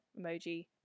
emoji